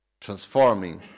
transforming